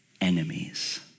enemies